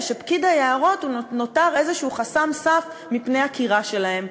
ושפקיד היערות נותר איזשהו חסם סף מפני עקירה שלהם?